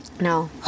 No